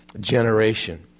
generation